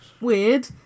weird